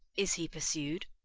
is he pursu'd?